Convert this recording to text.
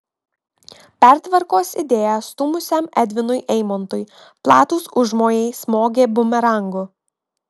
pertvarkos idėją stūmusiam edvinui eimontui platūs užmojai smogė bumerangu